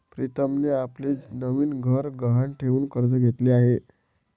प्रीतमने आपले नवीन घर गहाण ठेवून कर्ज घेतले आहे